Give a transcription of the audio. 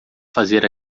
fazer